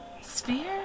Sphere